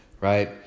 right